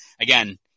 again